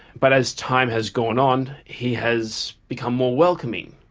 but as time has gone on he has become more welcoming.